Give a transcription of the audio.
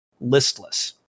listless